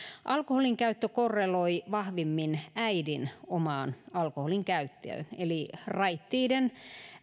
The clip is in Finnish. alkoholinkäyttö korreloi vahvimmin äidin omaan alkoholin käyttöön eli raittiiden